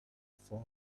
far